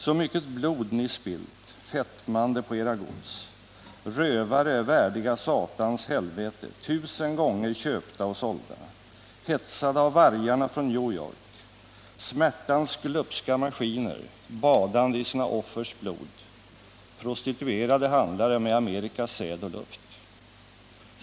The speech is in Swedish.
Så mycket blod ni spillt, fetmande på era gods, hetsade av vargarna från New York, smärtans glupska maskiner badande i sina offers blod, prostituerade handlare med Amerikas säd och luft.